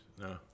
No